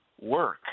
work